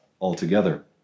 altogether